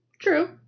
True